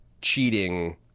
cheating